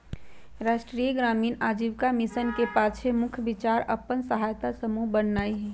राष्ट्रीय ग्रामीण आजीविका मिशन के पाछे मुख्य विचार अप्पन सहायता समूह बनेनाइ हइ